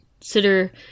consider